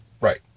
Right